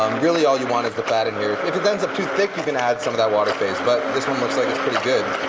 um really all you want is the fat in here. if it ends up too thick you can add some of that water phase. but this one looks like it's pretty good.